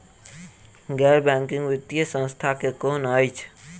गैर बैंकिंग वित्तीय संस्था केँ कुन अछि?